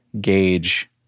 gauge